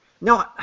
No